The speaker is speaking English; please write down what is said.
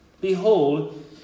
behold